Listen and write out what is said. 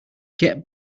get